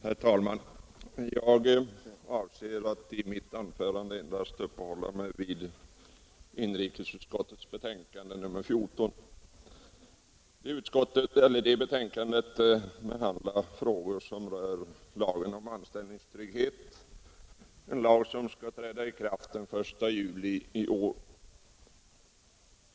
Herr talman! Jag avser att i mitt anförande endast uppehålla mig vid inrikesutskottets betänkande nr 14. Detta betänkande behandlar frågor som rör lagen om anställningstrygghet, en lag som skall träda i kraft den 1 juli i år.